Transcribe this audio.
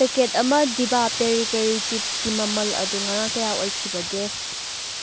packet ꯑꯃ ꯗꯤꯚꯥ ꯄꯦꯔꯤ ꯄꯦꯔꯤ ꯆꯤꯞꯁꯀꯤ ꯃꯃꯜ ꯑꯗꯨ ꯉꯔꯥꯡ ꯀꯌꯥ ꯑꯣꯏꯈꯤꯕꯒꯦ